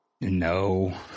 No